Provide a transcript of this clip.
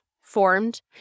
formed